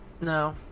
No